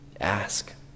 Ask